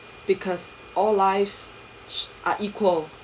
because all lives are equal